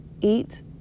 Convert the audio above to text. eat